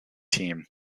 team